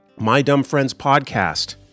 mydumbfriendspodcast